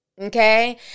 okay